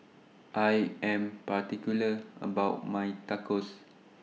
I Am particular about My Tacos